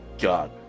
God